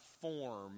form